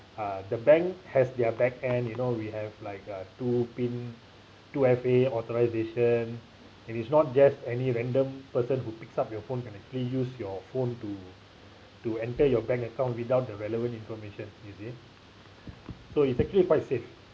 uh the bank has their backend you know we have like a two pin two F_A authorisation and it's not just any random person who picks up your phone can actually use your phone to to enter your bank account without the relevant information you see so it's actually quite safe